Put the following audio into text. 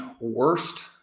worst